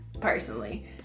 personally